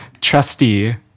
trusty